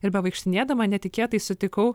ir bevaikštinėdama netikėtai sutikau